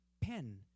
pen